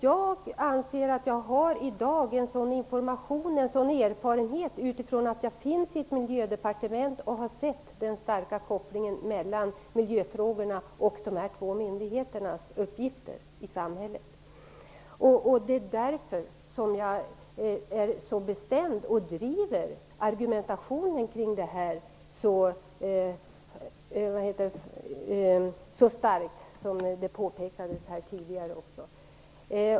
Jag anser att jag i dag, utifrån att jag finns i Miljödepartementet och har sett den starka kopplingen mellan miljöfrågorna och de här två myndigheternas uppgifter i samhället, har den information och den erfarenhet som krävs. Det är därför jag är så bestämd och driver argumentationen kring frågan så starkt, vilket påpekades här tidigare.